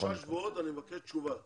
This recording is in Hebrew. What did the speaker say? בעוד שלושה שבועות אני מבקש תשובה.